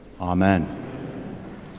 amen